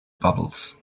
bubbles